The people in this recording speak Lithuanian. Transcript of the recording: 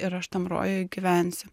ir aš tam rojuje gyvensiu